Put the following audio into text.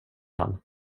han